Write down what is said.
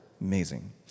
Amazing